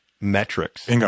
metrics